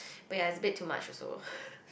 when I spend too much also